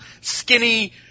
skinny